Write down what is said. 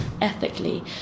ethically